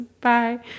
Bye